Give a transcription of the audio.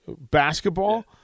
Basketball